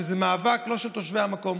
שזה לא מאבק של תושבי המקום,